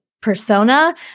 persona